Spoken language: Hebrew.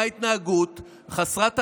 התנהגות חסרת הרסן,